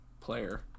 player